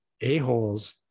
a-holes